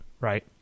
right